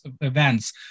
events